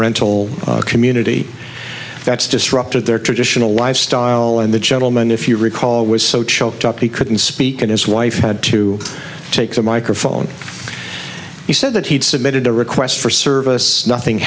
rental community that's disrupted their traditional lifestyle and the gentleman if you recall was so choked up he couldn't speak and his wife had to take the microphone he said that he'd submitted a request for service nothing